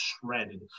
shredded